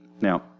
Now